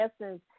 Essence